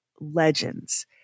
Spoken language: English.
Legends